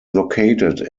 located